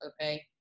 Okay